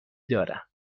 دارم